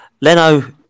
Leno